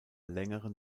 längeren